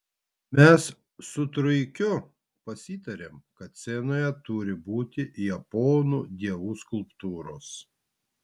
mes su truikiu pasitarėm kad scenoje turi būti japonų dievų skulptūros